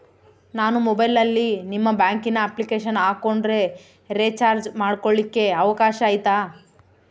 ನಾನು ಮೊಬೈಲಿನಲ್ಲಿ ನಿಮ್ಮ ಬ್ಯಾಂಕಿನ ಅಪ್ಲಿಕೇಶನ್ ಹಾಕೊಂಡ್ರೆ ರೇಚಾರ್ಜ್ ಮಾಡ್ಕೊಳಿಕ್ಕೇ ಅವಕಾಶ ಐತಾ?